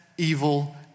evil